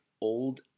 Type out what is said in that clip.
old